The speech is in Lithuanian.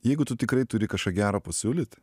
jeigu tu tikrai turi kažką gero pasiūlyt